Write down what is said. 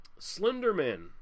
Slenderman